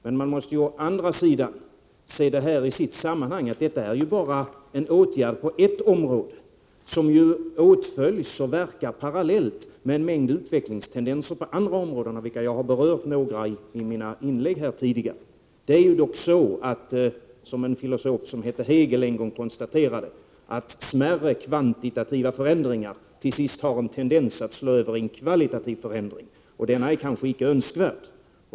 Men man måste å andra sidan se saken i sitt sammanhang och inse att det här bara är en åtgärd på ett område som åtföljs och verkar parallellt med en mängd utvecklingstendenser på andra områden, av vilka jag har berört några i mina tidigare inlägg. Det är dock så, som filosofen Friedrich Hegel en gång konstaterade, att smärre kvantitativa förändringar till sist har en tendens att slå över i kvalitativa förändringar. Det är kanske inte önskvärt.